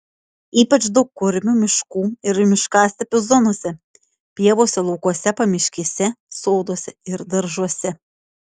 ypač daug kurmių miškų ir miškastepių zonose pievose laukuose pamiškėse soduose ir daržuose